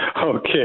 Okay